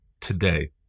today